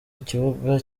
ikibuga